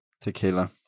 Tequila